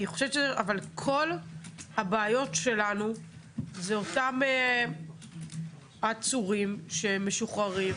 אבל כל הבעיות שלנו אלו אותם עצורים שמשוחררים.